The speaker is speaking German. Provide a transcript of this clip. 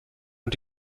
und